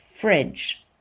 fridge